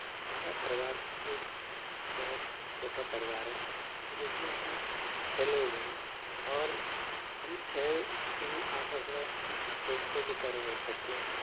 हमारा परिवार एक बहुत छोटा परिवार है जिस में हम छः लोग हैं और हम छः भी आपस में एक दोस्तों के तरह रह सकते हैं